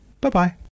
Bye-bye